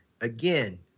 Again